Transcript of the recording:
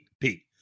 Pete